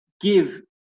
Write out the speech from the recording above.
give